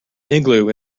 igloo